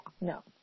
no